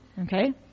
Okay